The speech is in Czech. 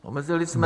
Omezili jsme